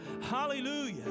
Hallelujah